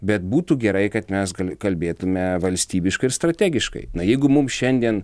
bet būtų gerai kad mes kalbėtume valstybiškai ir strategiškai na jeigu mums šiandien